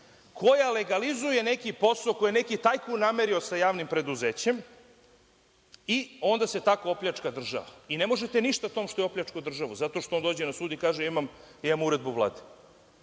koja legalizuje neki posao koji je neki tajkun namerio sa javnim preduzećem i onda se tako opljačka država i ne možete ništa tom što je opljačkao državu, zato što on dođe na sud i kaže – ja imam uredbu